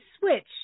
switch